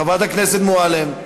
חברת הכנסת מועלם.